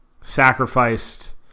sacrificed